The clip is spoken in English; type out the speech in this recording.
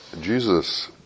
Jesus